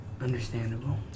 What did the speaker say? understandable